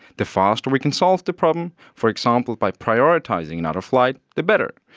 the faster we can solve the problem, for example by prioritising another flight, the better.